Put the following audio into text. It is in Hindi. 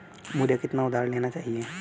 मुझे कितना उधार लेना चाहिए?